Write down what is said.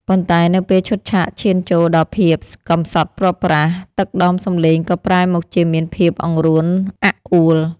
ប៉ុន្តែនៅពេលឈុតឆាកឈានចូលដល់ភាពកំសត់ព្រាត់ប្រាស ទឹកដមសំឡេងក៏ប្រែមកជាមានភាពអង្រួនអាក់អួល។